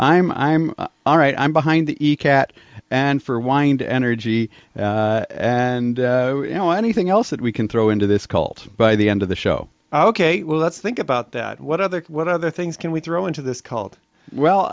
so i'm i'm right i'm behind the e cat and for wind energy and you know anything else that we can throw into this cult by the end of the show ok well let's think about that what other what other things can we throw into this called well